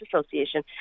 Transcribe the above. association